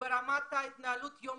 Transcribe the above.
ברמת ההתנהלות היום-יומית.